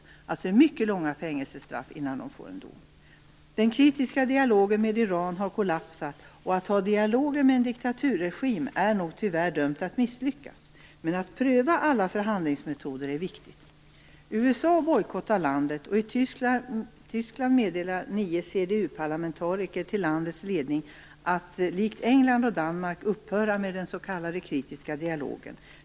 Det är alltså mycket långa fängelsestraff innan domen kommer. Den kritiska dialogen med Iran har kollapsat. Att ha dialoger med en diktaturregim är nog tyvärr dömt att misslyckas. Men det är viktigt att pröva alla förhandlingsmetoder. USA bojkottar landet, och i Tyskland uppmanar nio CDU-parlamentariker landets ledning att likt England och Danmark upphöra med den s.k. kritiska dialogen.